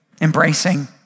embracing